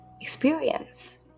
experience